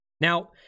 Now